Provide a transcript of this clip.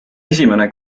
esimene